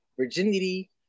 Virginity